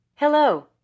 Hello